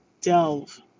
delve